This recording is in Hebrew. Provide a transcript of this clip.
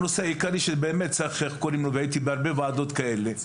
הייתי בהרבה ועדות כאלה,